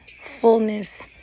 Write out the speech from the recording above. fullness